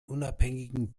unabhängigen